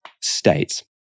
States